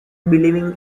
believing